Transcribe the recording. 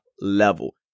level